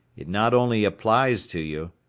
it not only applies to you,